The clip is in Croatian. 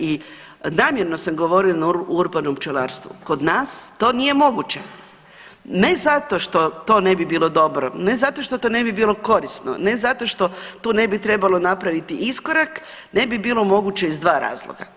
I namjerno sam govorila o urbanom pčelarstvu, kod nas to nije moguće, ne zato što to ne bi bilo dobro, ne zato što to ne bi bilo korisno, ne zato što tu ne bi trebalo napraviti iskorak, ne bi bilo moguće iz dva razloga.